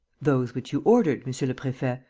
those which you ordered, monsieur le prefet.